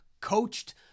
coached